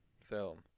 film